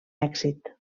èxit